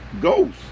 Ghost